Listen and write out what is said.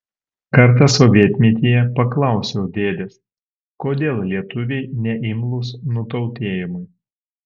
kartą sovietmetyje paklausiau dėdės kodėl lietuviai neimlūs nutautėjimui